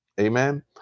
amen